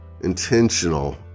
intentional